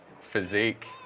physique